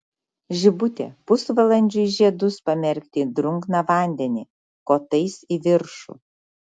žibutė pusvalandžiui žiedus pamerkti į drungną vandenį kotais į viršų